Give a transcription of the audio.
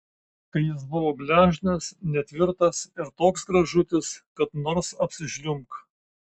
kai jis buvo gležnas netvirtas ir toks gražutis kad nors apsižliumbk